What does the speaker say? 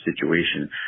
situation